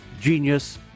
genius